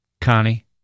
Connie